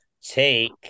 take